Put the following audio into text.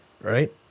right